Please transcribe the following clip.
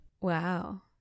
wow